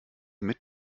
mit